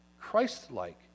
Christ-like